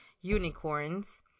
unicorns